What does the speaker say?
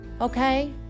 Okay